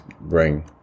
bring